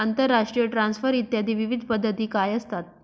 आंतरराष्ट्रीय ट्रान्सफर इत्यादी विविध पद्धती काय असतात?